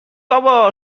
بابا